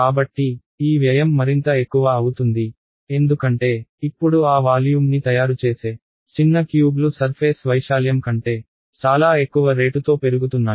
కాబట్టి ఈ వ్యయం మరింత ఎక్కువ అవుతుంది ఎందుకంటే ఇప్పుడు ఆ వాల్యూమ్ని తయారుచేసే చిన్న క్యూబ్లు సర్ఫేస్ వైశాల్యం కంటే చాలా ఎక్కువ రేటుతో పెరుగుతున్నాయి